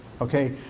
okay